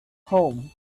home